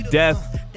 death